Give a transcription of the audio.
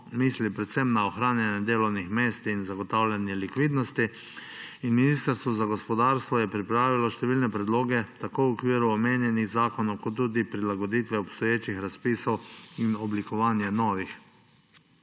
predvsem na ohranjanje delovnih mest in zagotavljanje likvidnosti. Ministrstvo za gospodarstvo je pripravilo številne predloge tako v okviru omenjenih zakonov kot tudi prilagoditve obstoječih razpisov in oblikovanje novih.